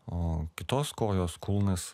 o kitos kojos kulnas